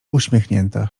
uśmiechnięta